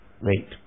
Wait